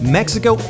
Mexico